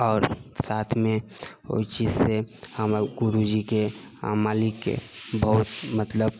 आओर साथमे ओहि चीजसँ हमर गुरुजीके आओर मालिकके बहुत मतलब